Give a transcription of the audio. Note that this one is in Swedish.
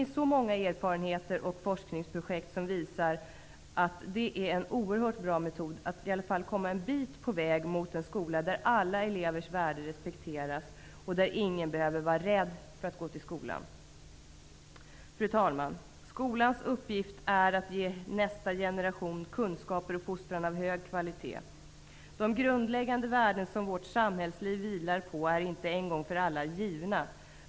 Så många erfarenheter och forskningsprojekt visar entydigt att detta är en oerhört bra metod för att i alla fall komma en bra bit på väg mot en skola där alla elevers värde respekteras och där ingen behöver vara rädd för att gå till skolan. Fru talman! ''Skolans huvuduppgift är att ge nästa generation kunskaper och fostran av hög kvalitet.'' ''De grundläggande värden som vårt samhällsliv vilar på är inte en gång för alla givna.